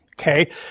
Okay